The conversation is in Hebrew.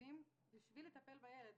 תקציבים בשביל לטפל בילדים,